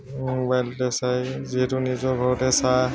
মোবাইলতে চাই যিহেতু নিজৰ ঘৰতে চাহ